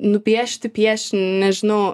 nupiešti piešinį nežinau